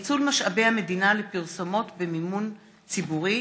לביא ונחמן שי בנושא: ניצול משאבי המדינה לפרסומות במימון ציבורי.